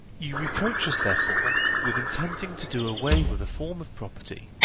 you reproach us, therefore, with intending to do away with a form of property,